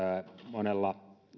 monella